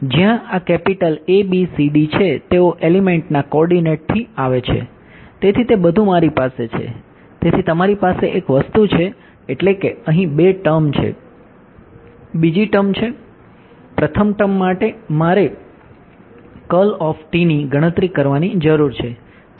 જ્યાં આ capital A B C D છે તેઓ એલિમેંટ માટે મારે ની ગણતરી કરવાની જરૂર છે